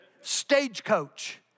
stagecoach